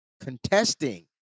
contesting